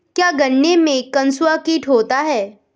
क्या गन्नों में कंसुआ कीट होता है?